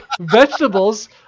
vegetables